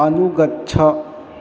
अनुगच्छ